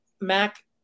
Mac